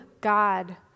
God